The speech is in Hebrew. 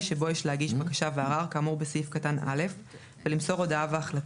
שבו יש להגיש בקשה וערר כאמור בסעיף קטן (א) ולמסור הודעה והחלטה,